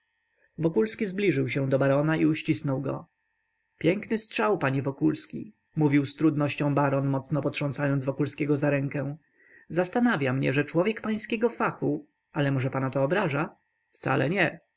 wokulski zbliżył się do barona i uścisnął go piękny strzał panie wokulski mówił z trudnością baron mocno potrząsając wokulskiego za rękę zastanawia mnie że człowiek pańskiego fachu ale może pana to obraża wcale nie